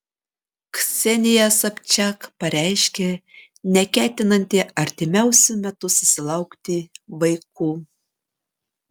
ksenija sobčiak pareiškė neketinanti artimiausiu metu susilaukti vaikų